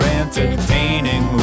entertaining